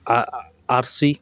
আ আৰ চি